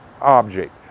object